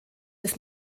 des